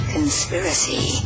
Conspiracy